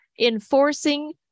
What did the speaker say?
enforcing